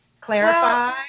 clarify